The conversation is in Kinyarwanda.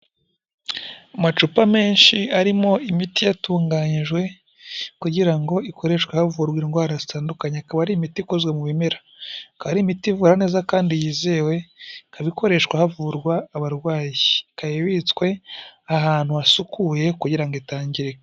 Amacupa menshi arimo imiti yatunganyijwe kugira ngo ikoreshwe havurwa indwara zitandukanye. Akaba ari imiti ikozwe mu bimera. Akaba ari imiti ivura neza kandi yizewe, ikaba ikoreshwa havurwa abarwayi. Ikaba ibitswe ahantu hasukuye kugira ngo itangirika.